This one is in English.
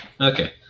Okay